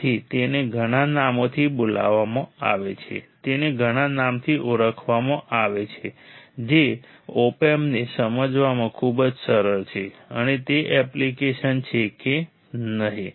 તેથી તેને ઘણા નામોથી બોલાવવામાં આવે છે તેને ઘણા નામોથી ઓળખવામાં આવે છે જે ઓપ એમ્પને સમજવામાં ખૂબ જ સરળ છે અને તે એપ્લિકેશન છે કે નહીં